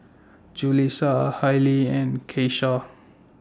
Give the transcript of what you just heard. Julissa Hallie and Keyshawn